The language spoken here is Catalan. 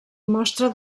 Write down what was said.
mostra